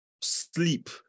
sleep